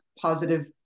positive